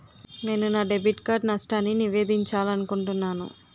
నేను నా debit card నష్టాన్ని నివేదించాలనుకుంటున్నాను